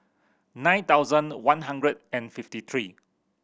nine thousand one hundred and fifty three